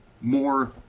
more